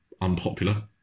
unpopular